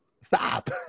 Stop